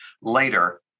later